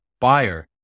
buyer